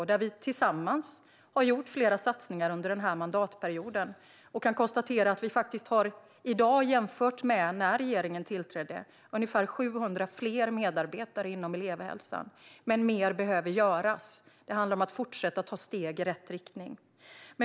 Där har vi tillsammans gjort flera satsningar under den här mandatperioden, och vi kan konstatera att vi i dag, jämfört med när regeringen tillträdde, har ungefär 700 fler medarbetare inom elevhälsan. Mer behöver dock göras. Det handlar om att fortsätta ta steg i rätt riktning.